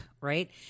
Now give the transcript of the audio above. right